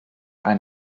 ein